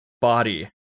body